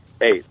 hey